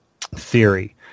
theory